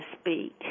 speak